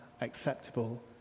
acceptable